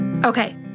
Okay